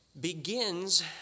begins